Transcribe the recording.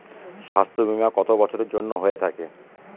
স্বাস্থ্যবীমা কত বছরের জন্য হয়ে থাকে?